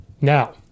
Now